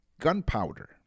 gunpowder